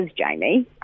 Jamie